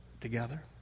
together